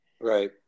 Right